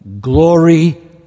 Glory